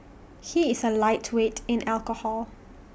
he is A lightweight in alcohol